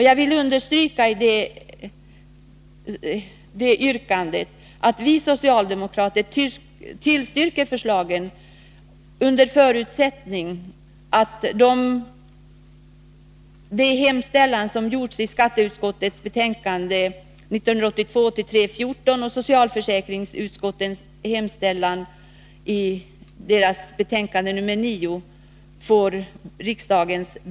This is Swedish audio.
Jag vill stryka under att vi socialdemokrater tillstyrker förslagen under den i hemställan uttryckligen gjorda förutsättningen att riksdagen bifaller hemställan i skatteutskottets betänkande nr 14 och socialförsäkringsutskottets betänkande nr 9.